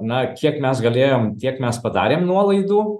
na kiek mes galėjom tiek mes padarėm nuolaidų